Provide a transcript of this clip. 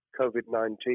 COVID-19